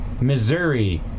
Missouri